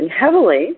heavily